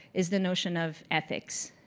is the notion of ethics,